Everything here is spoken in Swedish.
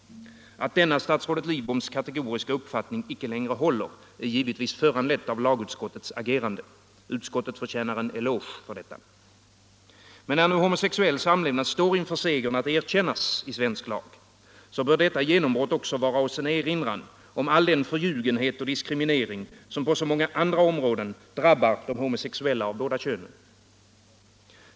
Att denna statsrådet Lidboms kategoriska uppfattning icke längre håller är givetvis föranlett av lagutskottets agerande. Utskottet förtjänar en eloge för detta. Men när nu homosexuell samlevnad står inför segern att erkännas i svensk lag, bör detta genombrott vara oss en erinran om all den förljugenhet och diskriminering som på så många andra områden drabbar de homosexuella av båda könen.